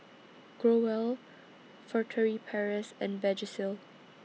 Growell Furtere Paris and Vagisil